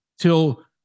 till